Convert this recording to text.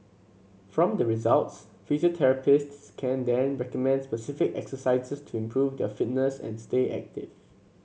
from the results physiotherapists can then recommend specific exercises to improve their fitness and stay active